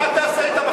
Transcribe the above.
מה תגיד?